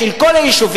המצב הנוכחי היום,